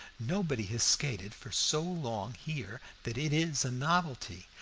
nobody has skated for so long here that it is a novelty.